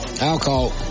alcohol